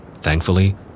Thankfully